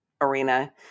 arena